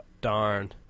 Darn